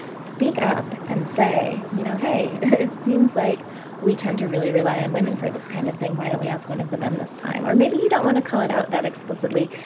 speak up and say, you know, hey, it seems like we tend to really rely on women for this kind of thing. why don't we ask one of the men this time? or maybe you don't want to call it out that explicitly.